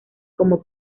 como